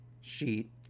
sheet